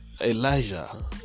Elijah